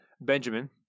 Benjamin